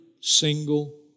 single